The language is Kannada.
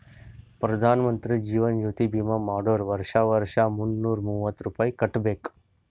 ಪ್ರಧಾನ್ ಮಂತ್ರಿ ಜೀವನ್ ಜ್ಯೋತಿ ಭೀಮಾ ಮಾಡ್ಸುರ್ ವರ್ಷಾ ವರ್ಷಾ ಮುನ್ನೂರ ಮೂವತ್ತ ರುಪಾಯಿ ಕಟ್ಬಬೇಕ್